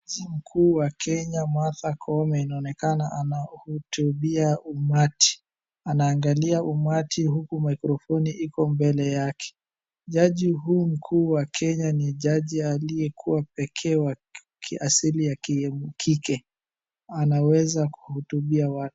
Jaji mkuu wa Kenya, Martha Koome inaonekana anahutubia umati. Anaangalia umati huku maikrofoni iko mbele yake. Jaji huyu Mkuu wa Kenya ni jaji aliyekuwa peke wa kiasili ya kike. Anaweza kuhutubia watu.